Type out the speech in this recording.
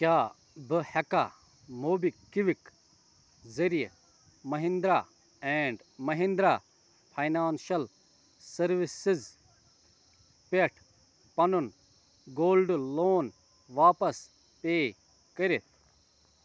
کیٛاہ بہٕ ہٮ۪کا موبہِ کِوِک ذٔریعہٕ Mahindra and Mahindra financial services پٮ۪ٹھ پَنُن گولڈ لون واپس پے کٔرِتھ